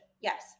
Yes